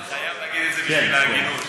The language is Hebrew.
אני חייב להגיד את זה בשביל ההגינות.